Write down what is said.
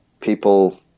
people